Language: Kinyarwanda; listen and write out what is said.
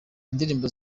indirimbo